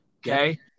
Okay